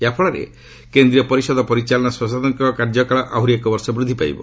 ଏହା ଫଳରେ କେନ୍ଦ୍ରୀୟ ପରିଷଦ ପରିଚାଳନା ସଦସ୍ୟଙ୍କ କାର୍ଯ୍ୟକାଳ ଆହୁରି ଏକବର୍ଷ ବୃଦ୍ଧି ପାଇବ